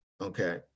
okay